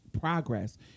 progress